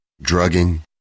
drugging